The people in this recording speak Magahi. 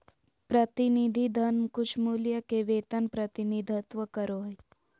प्रतिनिधि धन कुछमूल्य के वेतन प्रतिनिधित्व करो हइ